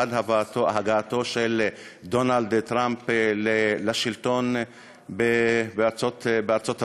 עד הגעתו של דונלד טראמפ לשלטון בארצות-הברית?